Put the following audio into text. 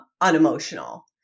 unemotional